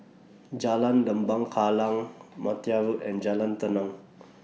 Jalan Lembah Kallang Martia Road and Jalan Tenang